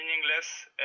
meaningless